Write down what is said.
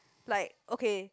like okay